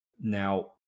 Now